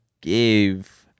give